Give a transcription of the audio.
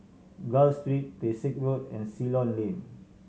Gul Street Pesek Road and Ceylon Lane